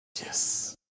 Yes